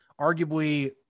arguably